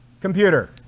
Computer